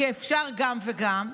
כי אפשר גם וגם,